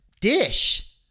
dish